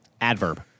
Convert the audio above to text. Adverb